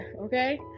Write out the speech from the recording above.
okay